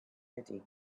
ready